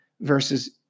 Versus